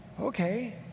okay